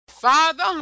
Father